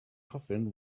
coffin